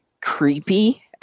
creepy